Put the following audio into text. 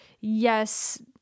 yes